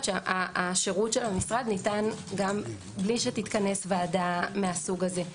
השירות של המשרד ניתן גם בלי שתתכנס ועדה מסוג זה.